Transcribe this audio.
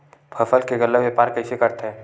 फसल के गल्ला व्यापार कइसे करथे?